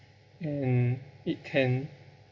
and it can